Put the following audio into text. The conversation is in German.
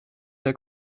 der